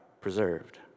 preserved